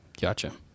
Gotcha